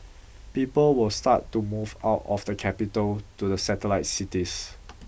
people will start to move out of the capital to the satellite cities